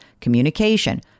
communication